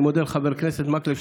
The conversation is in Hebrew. אני מודה לחבר הכנסת מקלב,